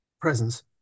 presence